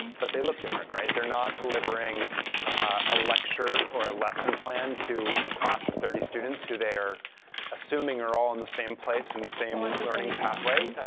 but they look different. they're not delivering a lecture or a lesson plan to a class of thirty students who they're assuming are all on the same place and same learning pathway.